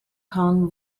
kong